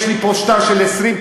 יש לי פה שטר של 20,